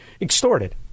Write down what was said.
extorted